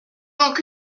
donc